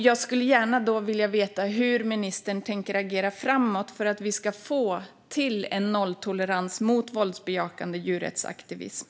Jag skulle också gärna vilja veta hur ministern tänker agera framåt för att vi ska få nolltolerans mot våldsbejakande djurrättsaktivism.